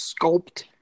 sculpt